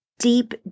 Deep